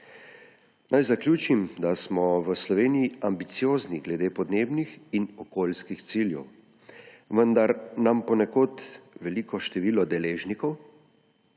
Naj zaključim, da smo v Sloveniji ambiciozni glede podnebnih in okoljskih ciljev. Vendar nam ponekod veliko število deležnikov,